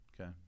Okay